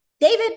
David